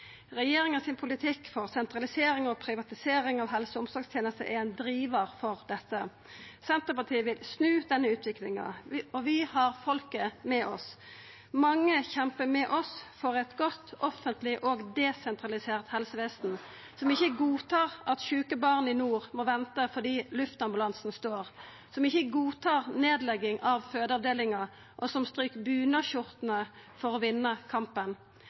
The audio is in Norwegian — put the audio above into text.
Regjeringa sin politikk for sentralisering og privatisering av helse- og omsorgstenesta er ein drivar for dette. Senterpartiet vil snu denne utviklinga, og vi har folket med oss. Mange kjempar med oss for eit godt offentleg og desentralisert helsevesen, som ikkje godtar at sjuke barn i nord må venta fordi luftambulansen står, som ikkje godtar nedlegging av fødeavdelingar, som stryk bunadsskjortene for å vinna kampen,